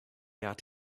out